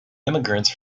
immigrants